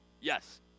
Yes